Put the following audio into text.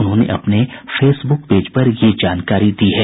उन्होंने अपने Facebook page पर यह जानकारी दी है